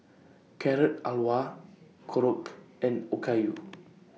Carrot Halwa Korokke and Okayu